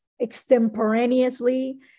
extemporaneously